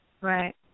Right